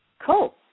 Cool